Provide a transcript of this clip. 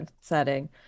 setting